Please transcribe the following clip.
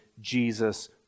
Jesus